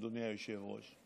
אדוני היושב-ראש.